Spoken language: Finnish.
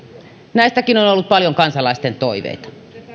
näistäkin on on ollut paljon kansalaisten toiveita